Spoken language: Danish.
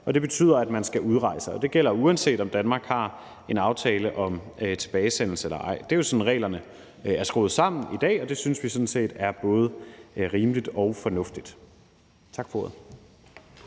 og det betyder, at man skal udrejse. Og det gælder, uanset om Danmark har en aftale om tilbagesendelse eller ej. Det er jo sådan, reglerne er skruet sammen i dag, og det synes vi sådan set er både rimeligt og fornuftigt. Tak for ordet.